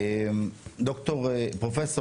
פרופ'